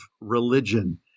religion